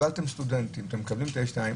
אם אתם מקבלים סטודנטים, מקבלים את ה-2A,